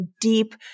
deep